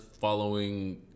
following